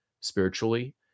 spiritually